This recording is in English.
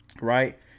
right